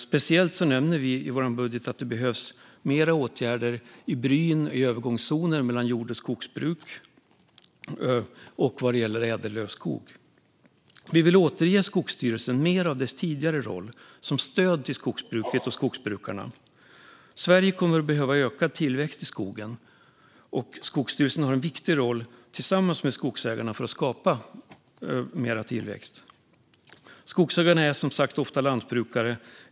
Speciellt nämner vi i vår budget att det behövs fler åtgärder i bryn, i övergångszoner mellan jordbruk och skogsbruk och vad gäller ädellövskog. Vi vill återge Skogsstyrelsen mer av dess tidigare roll som stöd till skogsbruket och skogsbrukarna. Sverige kommer att behöva ökad tillväxt i skogen, och Skogsstyrelsen har en viktig roll tillsammans med skogsägarna för att skapa mer tillväxt. Skogsägarna är som sagt ofta lantbrukare.